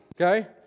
Okay